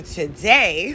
today